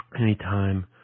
Anytime